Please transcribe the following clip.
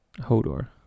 hodor